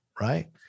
right